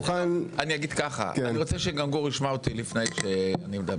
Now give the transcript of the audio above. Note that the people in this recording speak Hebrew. אני אגיד ככה: אני רוצה שגם גור ישמע אותי לפני שהוא מדבר.